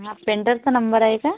हा पेंटरचा नंबर आहे का